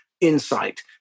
insight